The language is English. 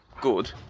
good